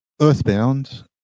Earthbound